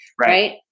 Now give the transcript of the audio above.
Right